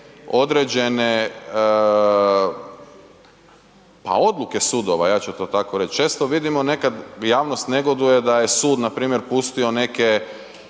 određene, pa odluke sudova ja ću to tako reć, često vidimo nekad javnost negoduje da je sud npr. pustio neke,